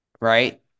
Right